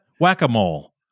Whack-a-mole